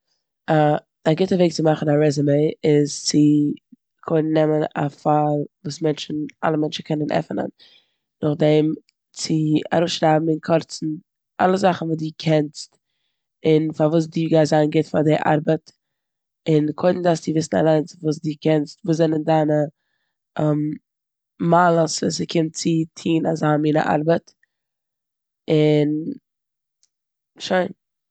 א- א גוטע וועג צו מאכן א רעזומע איז צו קודם נעמען א פייל וואס מענטשן- אלע מענטשן קענען עפענען. נאכדעם צו אראפשרייבן אין קורצן אלע זאכן וואס די קענסט און פארוואס די גייסט זיין גוט פאר די ארבעט און קודם דארפסטו וויסן אליינס וואס די קענסט, וואס זענען דיינע מעלות ווען ס'קומט צו טון אזא מינע ארבעט און שוין.